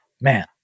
man